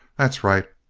that's right,